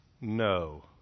No